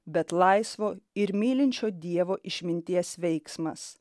bet laisvo ir mylinčio dievo išminties veiksmas